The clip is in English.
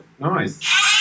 Nice